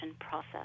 process